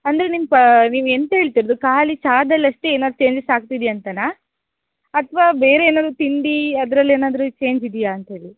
ಅಂದರೆ ನಿಮ್ಮ ಪ ನೀವು ಎಂತ ಹೇಳ್ತಿರುದು ಖಾಲಿ ಚಾದಲ್ಲಷ್ಟೇ ಏನಾದ್ರು ಚೇಂಜಸ್ ಆಗ್ತಿದೆ ಅಂತನಾ ಅಥವಾ ಬೇರೆ ಏನಾರು ತಿಂಡಿ ಅದರಲ್ಲೇನಾದ್ರು ಚೇಂಜ್ ಇದೆಯಾ ಅಂತ ಹೇಳಿ